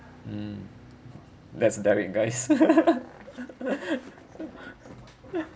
mm that's derek guys